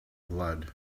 blood